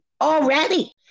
already